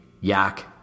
yak